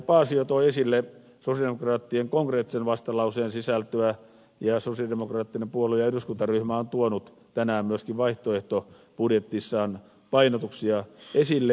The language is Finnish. paasio toi esille sosialidemokraattien konkreettisen vastalauseen sisältöä ja sosialidemokraattinen puolue ja eduskuntaryhmä on tuonut tänään myöskin vaihtoehtobudjetissaan painotuksia esille